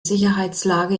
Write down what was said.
sicherheitslage